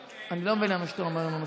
אני לא מבינה מה שאתה אומר עם המסכה.